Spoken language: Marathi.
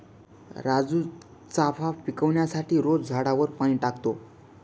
राजू चाफा पिकवण्यासाठी रोज झाडावर पाणी टाकतो